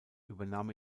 übernahm